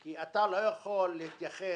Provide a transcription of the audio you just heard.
כי אתה לא יכול להתייחס,